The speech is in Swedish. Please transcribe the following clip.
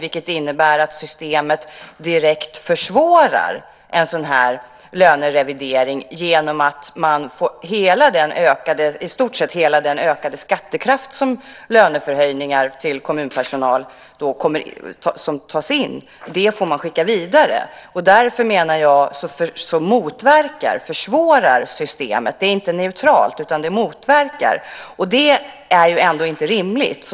Det innebär att systemet direkt försvårar en lönerevidering genom att i stort sett hela den ökade skattekraft som tas in som löneförhöjningar till kommunpersonal får skickas vidare. Därför menar jag att systemet försvårar. Det är inte neutralt, utan det motverkar, vilket inte kan vara rimligt.